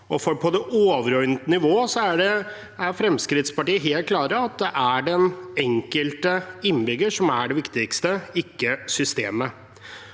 På det overordnede nivået er Fremskrittspartiet helt klare på at det er den enkelte innbygger som er det viktigste, ikke systemet.